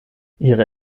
ihre